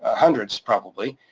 ah hundreds, probably.